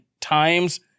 Times